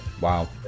wow